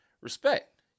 respect